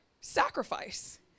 sacrifice